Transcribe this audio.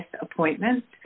appointments